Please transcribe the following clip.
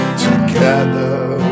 together